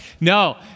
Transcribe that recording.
No